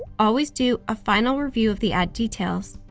always do a final review of the ad details.